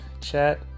chat